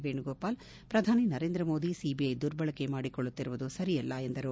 ವೇಣು ಗೋಪಾಲ್ ಪ್ರಧಾನಿ ನರೇಂದ್ರ ಮೋದಿ ಸಿಬಿಐ ದುರ್ಬಳಕೆ ಮಾಡಿಕೊಳ್ಳುತ್ತಿರುವುದು ಸರಿಯಲ್ಲ ಎಂದರು